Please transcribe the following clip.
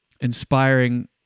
inspiring